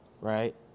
right